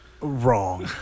wrong